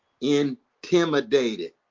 Intimidated